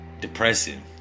depressing